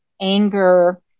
anger